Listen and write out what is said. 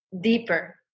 deeper